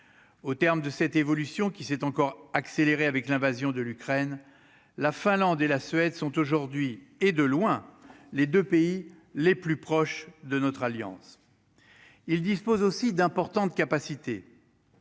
au terme de cette évolution qui s'est encore accélérée avec l'invasion de l'Ukraine, la Finlande et la Suède sont aujourd'hui et de loin, les 2 pays les plus proches de notre alliance il dispose aussi d'importantes capacités.